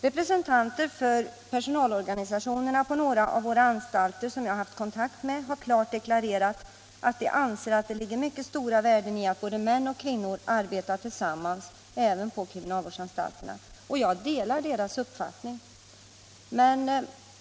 Representanter för personalorganisationerna på några av våra anstalter som jag haft kontakt med har klart deklarerat att de anser att det ligger mycket stora värden i att män och kvinnor arbetar tillsammans även på kriminalvårdsanstalterna. Jag delar den uppfattningen.